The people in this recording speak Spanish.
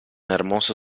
hermoso